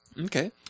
Okay